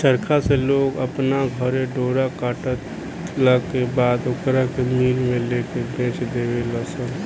चरखा से लोग अपना घरे डोरा कटला के बाद ओकरा के मिल में लेके बेच देवे लनसन